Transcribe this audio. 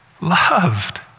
loved